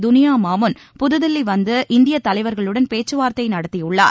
துனியாமாமூன் புதுதில்லிவந்து இந்தியத் தலைவர்களுடன் பேச்சுவார்த்தைநடத்தியுள்ளார்